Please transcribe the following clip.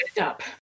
up